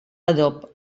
adob